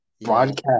broadcast